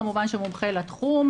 כמובן שמומחה לתחום,